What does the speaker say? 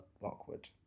Lockwood